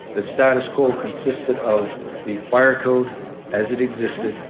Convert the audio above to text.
the status quo consisted of the fire code as it existed